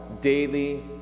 daily